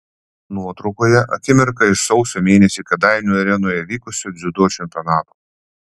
nuotraukoje akimirka iš sausio mėnesį kėdainių arenoje vykusio dziudo čempionato